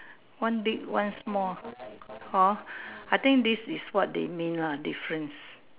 one big one small hor I think this is what they mean lah difference